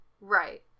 Right